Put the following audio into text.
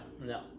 No